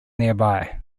combined